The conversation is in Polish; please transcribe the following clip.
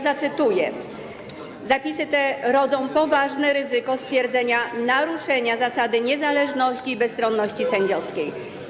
Zacytuję: „Zapisy te rodzą poważne ryzyko stwierdzenia naruszenia zasady niezależności i bezstronności sędziowskiej”